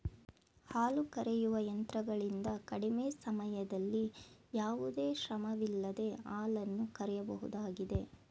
ಹಾಲು ಕರೆಯುವ ಯಂತ್ರಗಳಿಂದ ಕಡಿಮೆ ಸಮಯದಲ್ಲಿ ಯಾವುದೇ ಶ್ರಮವಿಲ್ಲದೆ ಹಾಲನ್ನು ಕರೆಯಬಹುದಾಗಿದೆ